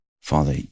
Father